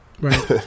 right